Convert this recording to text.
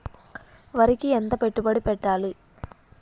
వరికి ఎంత పెట్టుబడి పెట్టాలి?